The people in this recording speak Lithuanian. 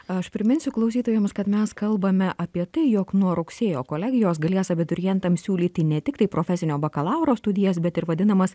aš priminsiu klausytojams kad mes kalbame apie tai jog nuo rugsėjo kolegijos galės abiturientam siūlyti ne tiktai profesinio bakalauro studijas bet ir vadinamas